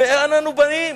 לאן אנו באים?